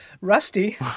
Rusty